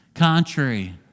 contrary